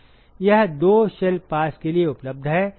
यह दो शेल पास के लिए उपलब्ध है